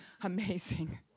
amazing